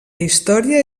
història